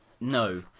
no